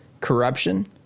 corruption